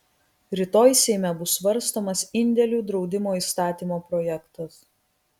rytoj seime bus svarstomas indėlių draudimo įstatymo projektas